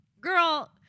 Girl